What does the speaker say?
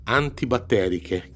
antibatteriche